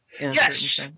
Yes